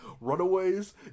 Runaways